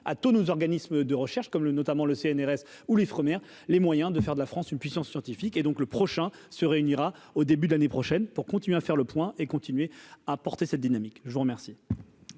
à tous nos organismes de recherche comme le notamment le CNRS ou l'Ifremer, les moyens de faire de la France une puissance scientifique et donc le prochain se réunira au début de l'année prochaine pour continuer à faire le point et continuer à porter cette dynamique, je vous remercie.